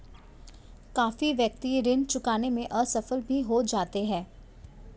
काफी व्यक्ति ऋण चुकाने में असफल भी हो जाते हैं